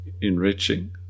enriching